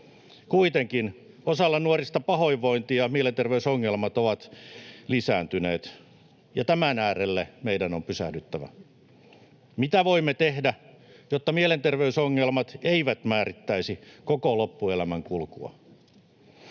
Kuitenkin osalla nuorista pahoinvointi ja mielenterveysongelmat ovat lisääntyneet, ja tämän äärelle meidän on pysähdyttävä. Mitä voimme tehdä, jotta mielenterveysongelmat eivät määrittäisi koko loppuelämän kulkua?